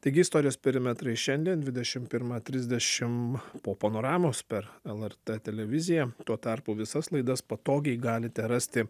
taigi istorijos perimetrai šiandien dvidešim pirmą trisdešim po panoramos per lrt televiziją tuo tarpu visas laidas patogiai galite rasti